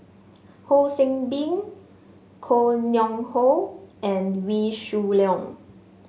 Ho See Beng Koh Nguang How and Wee Shoo Leong